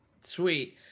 Sweet